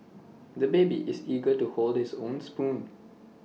the baby is eager to hold his own spoon